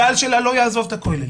הבעל שלה לא יעזוב את הכולל.